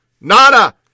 Nada